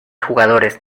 jugadores